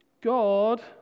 God